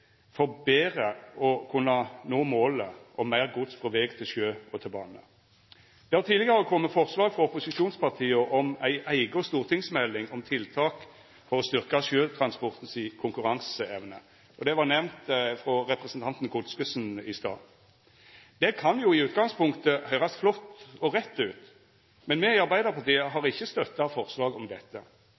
for betre å kunna nå målet om meir gods frå veg til sjø og til bane. Det har tidlegare kome forslag frå opposisjonspartia om ei eiga stortingsmelding om tiltak for å styrkja sjøtransporten si konkurranseevne. Det vart nemnt av representanten Godskesen i stad. Det kan jo i utgangspunktet høyrast flott og rett ut, men me i Arbeidarpartiet har ikkje støtta forslag om dette.